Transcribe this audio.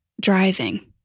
driving